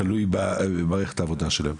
תלוי במערכת העבודה שלהם.